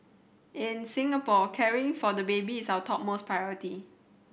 in Singapore caring for the baby is our topmost priority